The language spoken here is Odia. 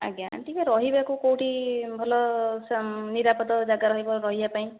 ଆଜ୍ଞା ଟିକେ ରହିବାକୁ କେଉଁଠି ଭଲ ନିରାପଦ ଜାଗା ରହିବ ରହିବା ପାଇଁ